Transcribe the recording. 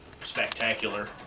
spectacular